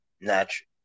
natural